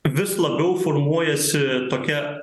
vis labiau formuojasi tokia